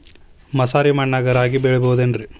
ಮಸಾರಿ ಮಣ್ಣಾಗ ರಾಗಿ ಬೆಳಿಬೊದೇನ್ರೇ?